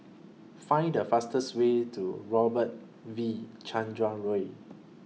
Find The fastest Way to Robert V Chandran Way